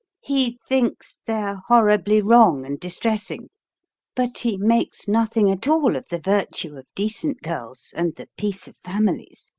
he thinks they're horribly wrong and distressing but he makes nothing at all of the virtue of decent girls and the peace of families.